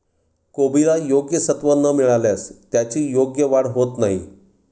कोबीला योग्य सत्व न मिळाल्यास त्याची योग्य वाढ होत नाही